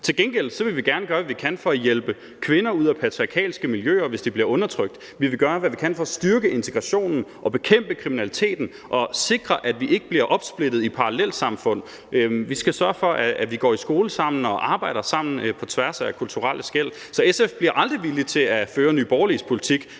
Til gengæld vil vi gerne gøre, hvad vi kan, for at hjælpe kvinder ud af patriarkalske miljøer, hvis de bliver undertrykt, og vi vil gøre, hvad vi kan, for at styrke integrationen og bekæmpe kriminaliteten og sikre, at vi ikke bliver opsplittet i parallelsamfund. Vi skal sørge for, at vi går i skole sammen og arbejder sammen på tværs af kulturelle skel. Så SF bliver aldrig villig til at føre Nye Borgerliges politik,